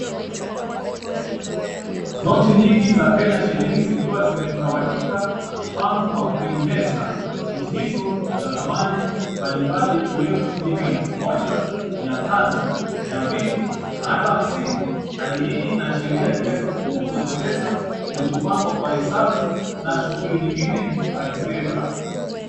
Noti mingi za Kenya shilingi zikia zimetawanyika na kupangwa kwenye meza. Noti hizo ni za dhamani mbali mbali ikiwemo shilingi elfu moja, mia tano, mia mbili na hata hamsini. Hali hii inaashiria kiasi kikubwa cha pesa kilichopangwa kwa hesabu na shughuli nyingine za kifedha.